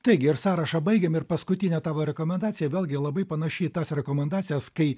taigi ir sąrašą baigiam ir paskutinė tavo rekomendacija vėlgi labai panaši į tas rekomendacijas kai